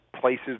places